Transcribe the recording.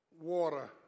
water